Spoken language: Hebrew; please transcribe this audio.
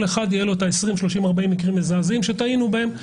לכל אחד יהיו את ה-30-20 מקרים מזעזעים שטעינו בהם.